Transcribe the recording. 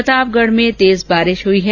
प्रतापगढ़ में तेज बारिश हुई है